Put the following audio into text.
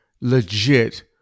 legit